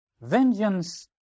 Vengeance